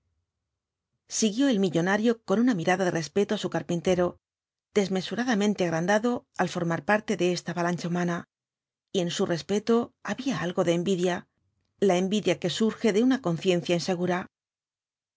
siguió el millonario con una mirada de respeto á su carpintero desmesuradamente agrandado al formar parte de esta avalancha humana y en su respeto había algo de envidia la envidia que surge de una conciencia insegura